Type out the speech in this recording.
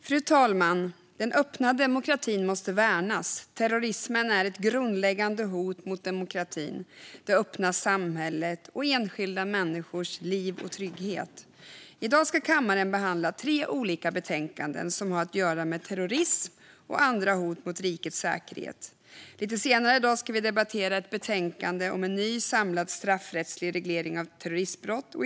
Fru talman! Den öppna demokratin måste värnas. Terrorismen är ett grundläggande hot mot demokratin, det öppna samhället och enskilda människors liv och trygghet. I dag ska kammaren behandla tre olika betänkanden som har att göra med terrorism och andra hot mot rikets säkerhet. Lite senare i dag ska vi debattera ett betänkande om en ny samlad straffrättslig reglering av terroristbrott.